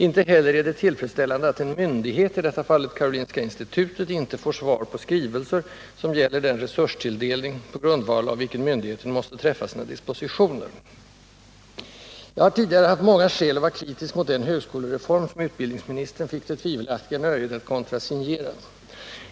Inte heller är det tillfredsställande att en myndighet —i detta fall Karolinska institutet —- inte får svar på skrivelser som gäller en resurstilldelning, på grundval av vilken myndigheten måste träffa sina dispositioner. Jag har tidigare haft många skäl att vara kritisk mot den högskolereform som utbildningsministern fick det tvivelaktiga nöjet att kontrasignera.